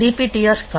DPTR 7521 h